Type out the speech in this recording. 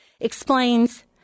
explains